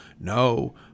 no